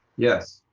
yes.